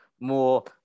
more